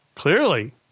Clearly